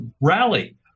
rally